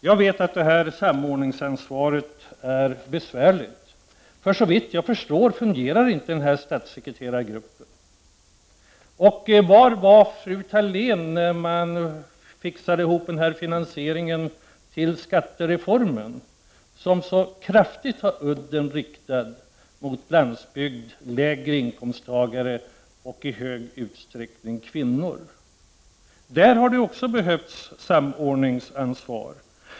Jag vet att det här samordningsansvaret är besvärligt, för såvitt jag förstår fungerar inte den här statssekreterargruppen. Och var var fru Thalén när man fixade ihop finansieringen av skattereformen, som så kraftigt har udden riktad mot landsbygd, lägre inkomsttagare och i stor utsträckning kvinnor? Där hade det också behövts ett samordningsansvar.